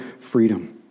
freedom